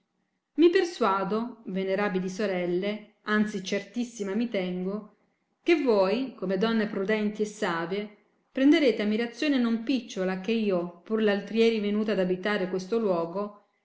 mi persuado venerabili sorelle anzi certissima mi tengo che voi come donne prudenti e savie prenderete ammirazione non picciola che io pur r altr ieri venuta ad abitare questo luogo